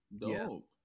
Dope